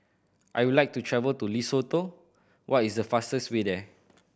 I would like to travel to Lesotho what is the fastest way there